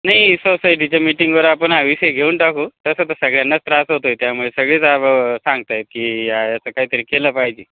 नाही सोसायटीच्या मीटिंगवर आपण हा विषय घेऊन टाकू तसं तर सगळ्यांनाच त्रास होतो आहे त्यामुळे सगळेच सांगत आहे की असं काहीतरी केलं पाहिजे